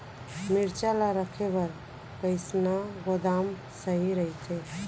मिरचा ला रखे बर कईसना गोदाम सही रइथे?